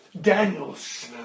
Daniels